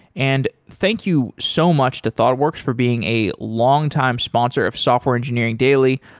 and thank you so much to thoughtworks for being a longtime sponsor of software engineering daily.